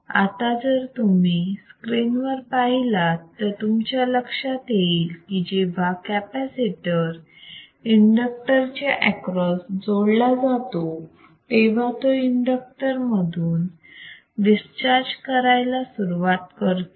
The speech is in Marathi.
आता जर तुम्ही स्क्रीन वर पाहिलात तर तुमच्या लक्षात येईल की जेव्हा कॅपॅसिटर इंडक्टर च्या एक्रॉस जोडला जातो तेव्हा तो इंडक्टर मधून डिस्चार्ज करायला सुरुवात करतो